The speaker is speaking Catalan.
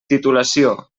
titulació